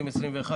),